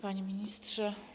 Panie Ministrze!